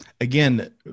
again